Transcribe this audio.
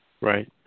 Right